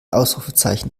ausrufezeichen